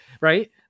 right